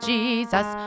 Jesus